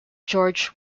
george